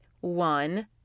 one